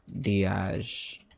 Diaz